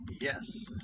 Yes